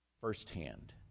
firsthand